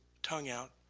tongue out,